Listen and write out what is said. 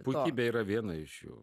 puikybė yra viena iš jų